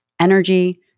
energy